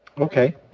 Okay